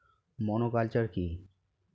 Monoculture কি?